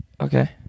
Okay